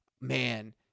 man